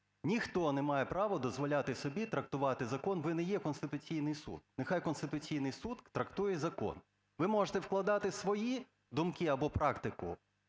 Ніхто не має права дозволяти собі трактувати закон, ви не є Конституційний Суд, нехай Конституційний Суд трактує закон. Ви можете вкладати свої думки або практику,